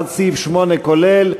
עד סעיף 8 כולל,